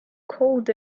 cold